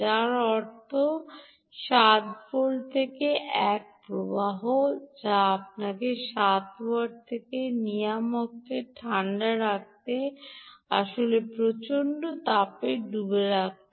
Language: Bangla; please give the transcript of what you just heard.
যার অর্থ 7 ভোল্ট এক প্রবাহ আপনাকে 7 ওয়াট নিয়ামককে ঠাণ্ডা রাখতে আসলে প্রচণ্ড তাপের ডুব লাগবে